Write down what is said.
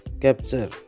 Capture